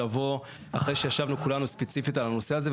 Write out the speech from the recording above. לבוא אחרי שישבנו כולנו ספציפית על הנושא הזה,